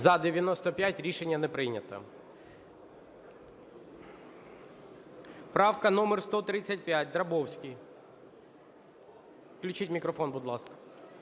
За-95 Рішення не прийнято. Правка номер 135, Драбовський. Включіть мікрофон, будь ласка.